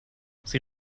sie